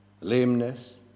lameness